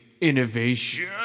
innovation